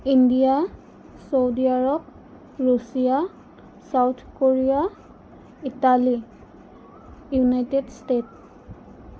India Saudi Arab Russia South Korea Italy United state